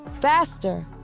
Faster